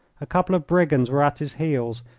a couple of brigands were at his heels,